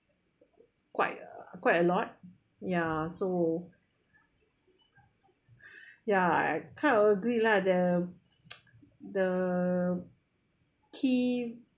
quite quite a lot ya so ya I kind of agree lah the the key